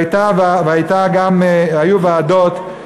היו גם ועדות,